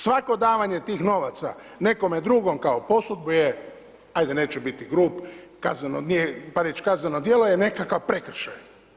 Svako davanje tih novaca nekom drugom kao posudbu je, ajde neću biti grub kazneno, nije, pa reć kazneno djelo, je nekakav prekršaj.